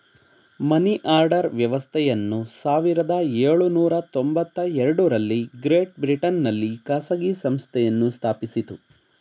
money order ವ್ಯವಸ್ಥೆಯನ್ನು ಸಾವಿರದ ಎಳುನೂರ ತೊಂಬತ್ತಎರಡು ರಲ್ಲಿ ಗ್ರೇಟ್ ಬ್ರಿಟನ್ ನಲ್ಲಿ ಖಾಸಗಿ ಸಂಸ್ಥೆಯನ್ನು ಸ್ಥಾಪಿಸಿತು